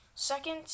Second